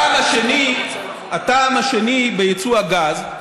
הטעם השני ביצוא הגז,